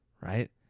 Right